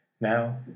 Now